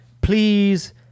please